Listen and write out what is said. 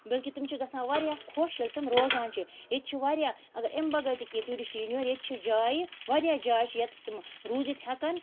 بٔلکہِ تِم چھِ گژھان واریاہ خۄش ییٚلہِ تِم روزان چھِ ییٚتہِ چھِ واریاہ اگر امہِ بغٲر تہِ کینٛہہ ٹیوٗرِسٹہٕ یِن یور ییٚتہِ چھِ جایہِ واریاہ جاے چھِ یَتَس تٕمہٕ روٗزِتھ ہٮ۪کَن